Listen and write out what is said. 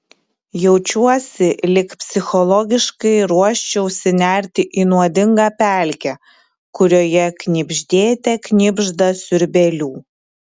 jaučiuosi lyg psichologiškai ruoščiausi nerti į nuodingą pelkę kurioje knibždėte knibžda siurbėlių